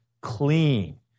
clean